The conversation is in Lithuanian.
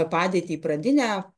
padėtį į pradinę